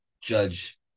Judge